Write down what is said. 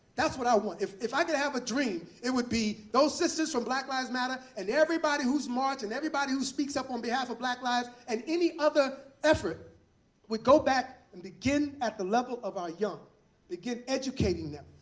that's what i want. if if i could have a dream, it would be those sisters from black lives matter. and everybody who's marched, and everybody who speaks up on behalf of black lives, and any other effort would go back and begin at the level of our young begin educating them,